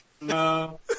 No